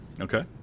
okay